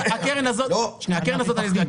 אני אסביר.